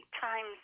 times